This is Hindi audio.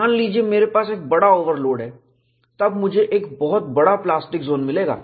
मान लीजिए मेरे पास एक बड़ा ओवरलोड है तब मुझे एक बहुत बड़ा प्लास्टिक जोन मिलेगा